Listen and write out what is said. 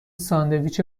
ساندویچ